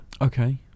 Okay